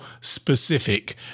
specific